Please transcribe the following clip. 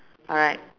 alright